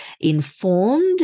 informed